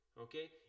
okay